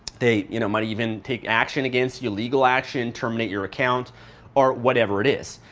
they you know might even take action against you, legal action, terminate your account or whatever it is.